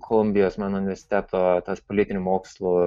kolumbijos mano universiteto tas politinių mokslų